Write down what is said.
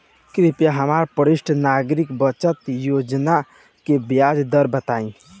कृपया हमरा वरिष्ठ नागरिक बचत योजना के ब्याज दर बताई